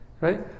right